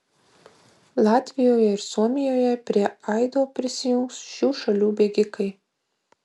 latvijoje ir suomijoje prie aido prisijungs šių šalių bėgikai